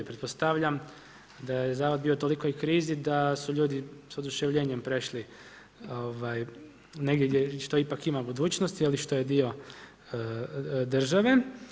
Pretpostavljam da je zavod bio u tolikoj krizi da su ljudi s oduševljenjem prešli negdje gdje ipak ima budućnosti, što je dio države.